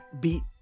beat